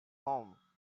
home